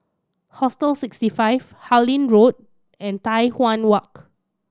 Hostel Sixty Five Harlyn Road and Tai Hwan Walk